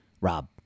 Rob